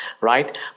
right